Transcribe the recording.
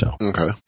Okay